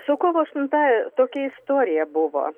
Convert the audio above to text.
su kovo aštuntąja tokia istorija buvo